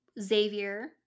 Xavier